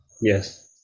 yes